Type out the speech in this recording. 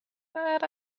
but